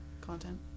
content